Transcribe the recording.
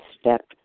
step